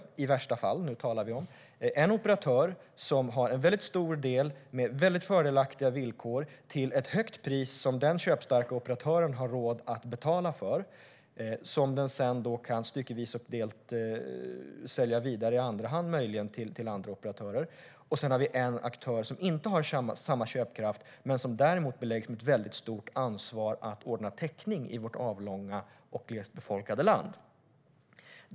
I värsta fall har vi då en operatör som har en väldigt stor del med väldigt fördelaktiga villkor, till ett högt pris som den köpstarka operatören har råd att betala, som den sedan styckevis och delt möjligen kan sälja vidare i andra hand till andra operatörer. Sedan har vi en aktör som inte har samma köpkraft men som däremot beläggs med ett väldigt stort ansvar att ordna täckning i vårt avlånga och glest befolkade land.